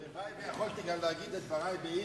הלוואי שיכולתי גם להגיד את דברי ביידיש,